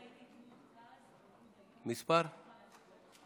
בבקשה, גברתי.